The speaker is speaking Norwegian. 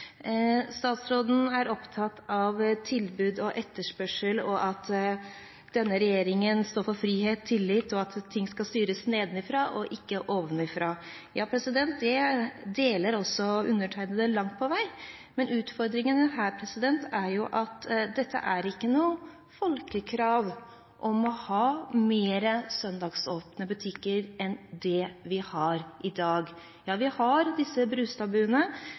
Statsråden er opptatt av tilbud og etterspørsel, at denne regjeringen står for frihet, tillit, og at ting skal styres nedenfra og ikke ovenfra. Ja, det synet deler undertegnede langt på vei, men utfordringen her er at det er ikke noe folkekrav om å ha mer søndagsåpne butikker enn det vi har i dag. Ja, vi har disse